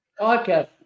podcast